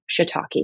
shiitake